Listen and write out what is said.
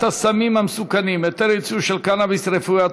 הסמים המסוכנים (היתר ייצוא של קנאביס רפואי),